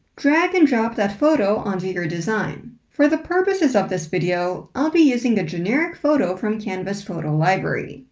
drag-and-drop that photo onto your design. for the purposes of this video, i'll be using a generic photo from canva's photo library.